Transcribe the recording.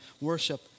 worship